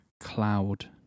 Cloud